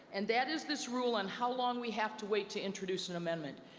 and that is this rule on how long we have to wait to introduce an amendment.